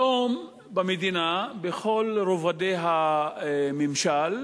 היום, במדינה, בכל רובדי הממשל,